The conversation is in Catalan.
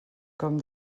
com